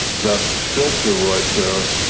that filter right there.